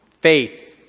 faith